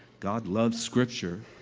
god loves scripture.